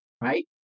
right